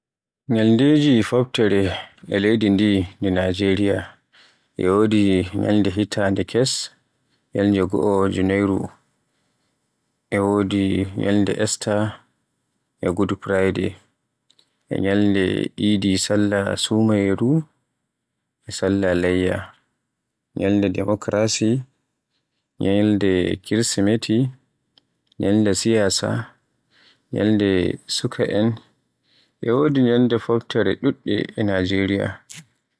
Ñyaldeji Foftere e leydi ndi di Najeriya e wodi ñyalde hitande kes, ñyalde goo junairu. E wodi ñyalde esta, e gud frayde, ñyalde idi salla sumayeru e Sallah layya. Ñyalde demokarasi, ñyalde kirsimati, ñyalde siyaasa, ñyalde sukaa en. E wodi ñyalde Foftere ɗuɗɗe e Najeriya.